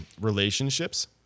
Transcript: relationships